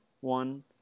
one